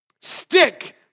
stick